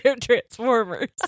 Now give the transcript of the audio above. Transformers